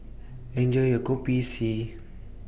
Enjoy your Kopi C